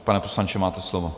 Pane poslanče, máte slovo.